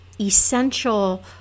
essential